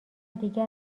دیگر